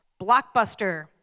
Blockbuster